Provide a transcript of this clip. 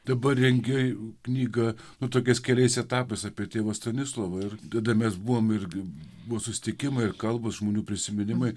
dabar rengiu knygą nutuokiantis keliais etapais apie tėvo stanislovo ir tada mes buvome irgi buvo susitikimai kalbos žmonių prisiminimai